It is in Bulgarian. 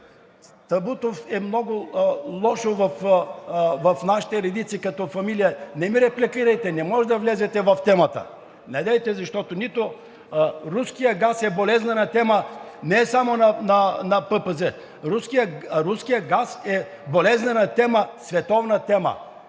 Табутов е много лошо в нашите редици като фамилия, не ме репликирайте, не можете да влезете в темата. Недейте, защото руският газ е болезнена тема не само на ПП. Руският газ е болезнена тема, световна тема.